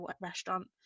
restaurant